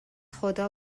خدا